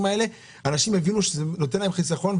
האלה אנשים יבינו שזה נותן להם חיסכון,